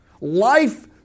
Life